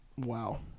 Wow